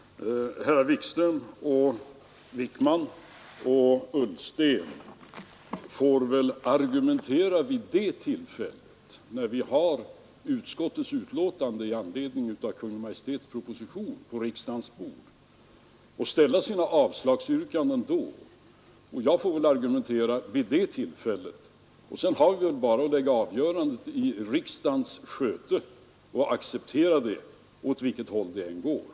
Herrar Wijkman och Ullsten får väl argumentera när vi har utskottets betänkande i anledning av Kungl. Maj:ts proposition på riksdagens bord och framställa sina avslagsyrkanden då, och jag får väl också argumentera vid det tillfället. Sedan har vi bara att lägga avgörandet i riksdagens sköte och acceptera det, åt vilket håll det än går.